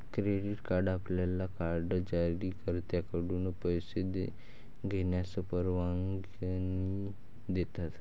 credit card आपल्याला card जारीकर्त्याकडून पैसे घेण्यास परवानगी देतात